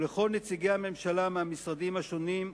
לכל נציגי הממשלה מהמשרדים השונים,